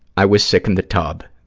i was sick in the tub.